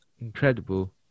incredible